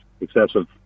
Excessive